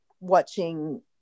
watching